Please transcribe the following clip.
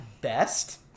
best